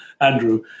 Andrew